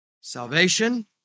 Salvation